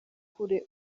kure